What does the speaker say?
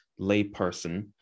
layperson